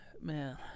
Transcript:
Man